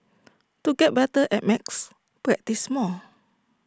to get better at maths practise more